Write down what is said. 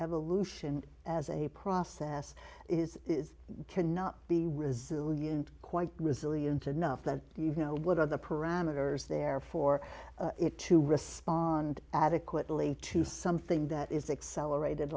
evolution as a process is it cannot be resilient quite resilient enough that even now what are the parameters there for it to respond adequately to something that is excel aerated